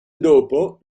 dopo